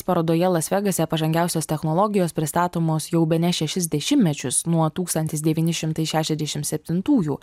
parodoje las vegase pažangiausios technologijos pristatomos jau bene šešis dešimtmečius nuo tūkstantis devyni šimtai šešiasdešimt septintųjų